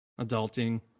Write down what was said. adulting